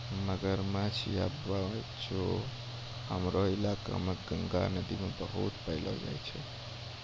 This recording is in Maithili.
मगरमच्छ या बोचो हमरो इलाका मॅ गंगा नदी मॅ बहुत पैलो जाय छै